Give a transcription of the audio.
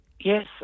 Yes